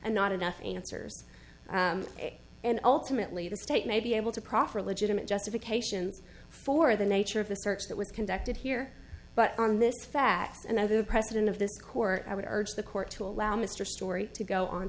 and not enough answers and ultimately the state may be able to proffer legitimate justifications for the nature of the search that was conducted here but on this fact and i the president of this court i would urge the court to allow mr story to go on